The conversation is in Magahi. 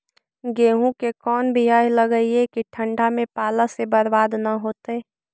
गेहूं के कोन बियाह लगइयै कि ठंडा में पाला से बरबाद न होतै?